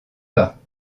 pas